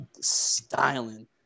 Styling